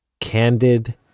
Candid